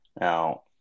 Now